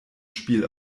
spiel